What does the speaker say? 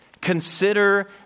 Consider